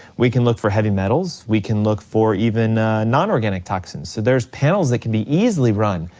we can look for heavy metals, we can look for even non-organic toxins. so there's panels that can be easily run.